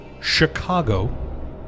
Chicago